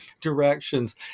directions